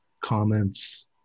comments